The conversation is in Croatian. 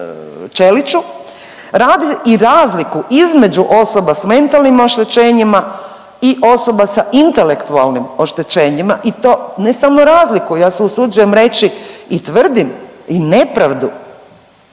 Ćeliću radi i razliku između osoba sa mentalnim oštećenjima i osoba sa intelektualnim oštećenjima i to ne samo razliku. Ja se usuđujem reći i tvrdim i nepravdu.